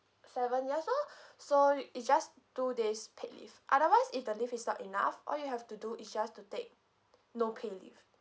seven years old so it's just two days paid leave otherwise if the leave is not enough all you have to do is just to take no pay leave